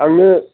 आंनो